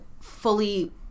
fully